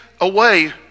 away